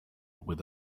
with